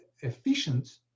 efficient